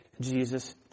Jesus